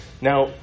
Now